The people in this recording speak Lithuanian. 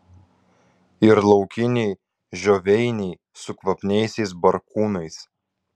ir laukiniai žioveiniai su kvapniaisiais barkūnais